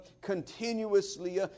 continuously